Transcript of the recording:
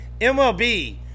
MLB